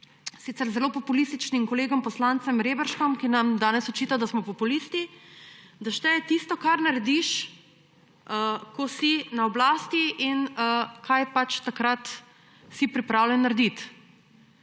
sicer zelo populističnim kolegom poslancem Reberškom, ki nam danes očita, da smo populisti, da šteje tisto, kar narediš, ko si na oblasti, in kaj si pač takrat pripravljen narediti.